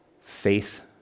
Faith